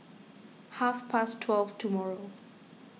half past twelve tomorrow